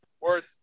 worth